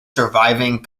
surviving